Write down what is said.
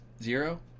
zero